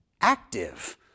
active